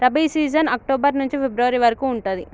rabi season October నుంచి February వరకు ఉంటది